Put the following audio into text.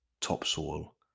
topsoil